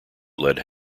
led